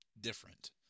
different